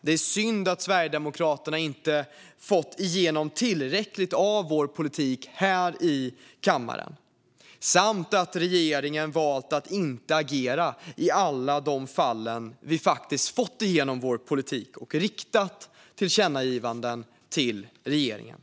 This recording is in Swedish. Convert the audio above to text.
Det är synd att Sverigedemokraterna inte har fått igenom tillräckligt av vår politik här i kammaren samt att regeringen har valt att inte agera i alla de fall vi faktiskt har fått igenom vår politik och riksdagen har riktat tillkännagivanden till regeringen.